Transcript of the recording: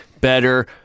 better